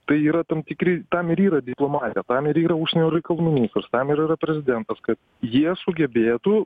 tai yra tam tikri tam ir yra diplomatija tam ir yra užsienio reikalų ministras tam ir yra prezidentas kad jie sugebėtų